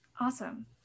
Awesome